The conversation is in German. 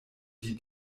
die